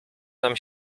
nam